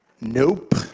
Nope